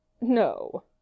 No